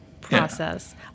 process